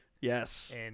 Yes